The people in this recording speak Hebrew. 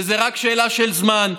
וזה רק שאלה של זמן.